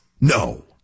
No